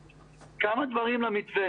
החוצה, כפי שהם היו טרום הקורונה.